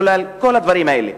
בגלל כל הדברים האלה.